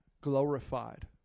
glorified